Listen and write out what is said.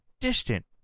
distant